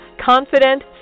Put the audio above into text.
Confident